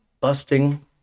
busting